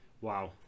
Wow